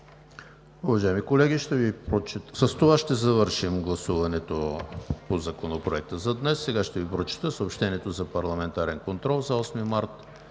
Уважаеми колеги, с това ще завършим гласуването по Законопроекта за днес. Сега ще Ви прочета съобщението за парламентарен контрол на 8 март